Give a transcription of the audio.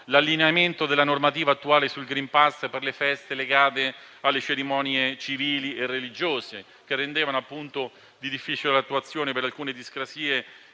l'allineamento della normativa attuale sul *green pass* per le feste legate alle cerimonie civili e religiose, che rendevano appunto di difficile attuazione questa norma, per alcune discrasie,